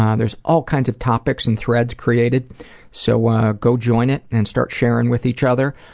um there's all kinds of topics and threads created so ah go join it and start sharing with each other.